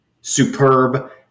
Superb